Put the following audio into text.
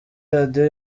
radiyo